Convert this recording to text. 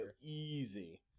easy